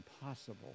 impossible